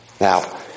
Now